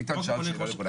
איתן שאל שאלה נכונה.